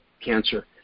cancer